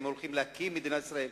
אם הולכים להקים את מדינת ישראל,